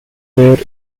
there